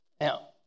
Now